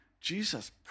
Jesus